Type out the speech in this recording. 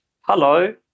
hello